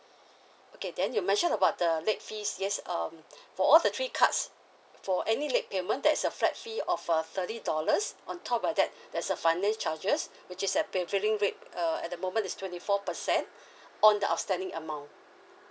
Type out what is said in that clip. okay then you mentioned about the late fees yes um for all the three cards for any late payment there is a flat fee of uh thirty dollars on top of that there's a finance charges which is at prevailing rate uh at the moment is twenty four percent on the outstanding amount